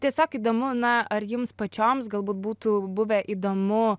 tiesiog įdomu na ar jums pačioms galbūt būtų buvę įdomu